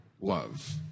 love